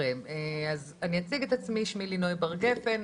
אז אני אציג את עצמי, שמי לינוי בר גפן,